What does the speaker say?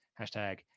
hashtag